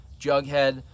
Jughead